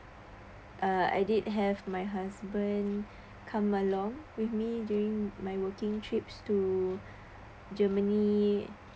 uh I did have my husband come along with me during my working trips to to germany